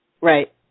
Right